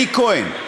אלי כהן,